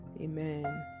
Amen